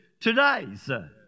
todays